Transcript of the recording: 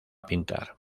pintar